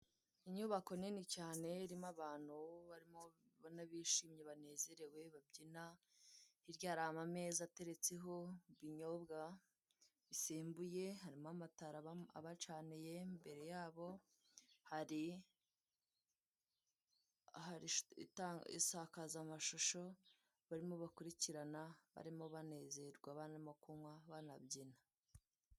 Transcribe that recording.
Inyubako nini cyane irimo abantu barimo ubona bishimye, banezerewe, babyina, hirya hari amameza ateretseho ibinyobwa bisimbuye, harimo amatara abacaniye, mbere yabo hari insakazamashusho barimo bakurikirana barimo banezerwa, barimo kunywa banabyina.